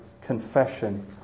confession